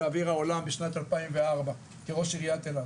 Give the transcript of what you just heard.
לאוויר העולם בשנת 2004 כראש עירית אילת,